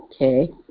okay